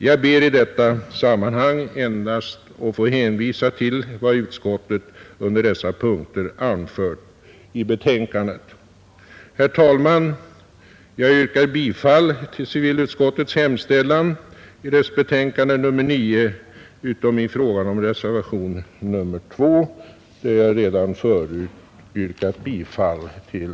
Jag ber i detta sammanhang endast att få hänvisa till vad utskottet under dessa punkter anfört i betänkandet. Herr talman! Jag yrkar bifall till civilutskottets hemställan i dess betänkande nr 9 utom i fråga om reservationen 2, som jag redan yrkat bifall till.